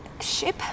Ship